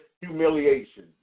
humiliation